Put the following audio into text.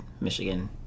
michigan